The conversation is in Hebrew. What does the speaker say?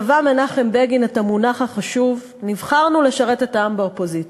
טבע מנחם בגין את המונח החשוב: "נבחרנו לשרת את העם באופוזיציה".